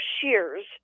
shears